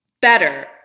better